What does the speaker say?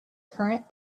current